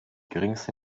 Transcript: geringste